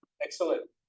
Excellent